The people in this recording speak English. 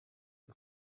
the